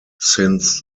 since